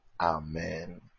Amen